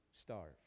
starve